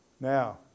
Now